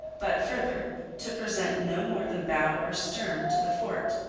but, further, to present no more than bow or stern to the fort,